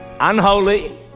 unholy